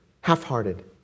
half-hearted